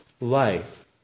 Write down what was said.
life